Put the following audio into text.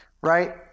right